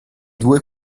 due